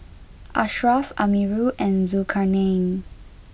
Ashraf Amirul and Zulkarnain